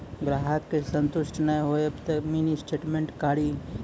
ग्राहक के संतुष्ट ने होयब ते मिनि स्टेटमेन कारी?